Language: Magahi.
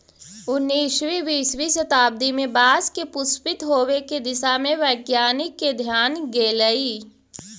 उन्नीसवीं बीसवीं शताब्दी में बाँस के पुष्पित होवे के दिशा में वैज्ञानिक के ध्यान गेलई